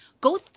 Go